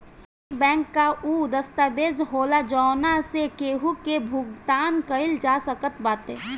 check bank कअ उ दस्तावेज होला जवना से केहू के भुगतान कईल जा सकत बाटे